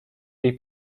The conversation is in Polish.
jej